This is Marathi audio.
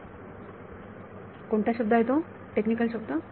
विद्यार्थी कोणता शब्द आहे तो टेक्निकल शब्द